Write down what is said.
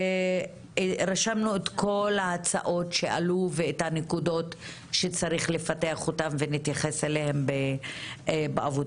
רשמנו את כל ההצעות שעלו ואת הנקודות שצריך לפתח ונתייחס אליהן בעבודה.